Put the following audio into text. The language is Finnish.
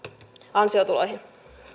ansiotuloihin